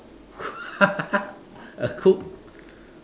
a cook